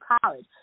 college